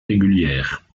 régulière